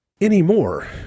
anymore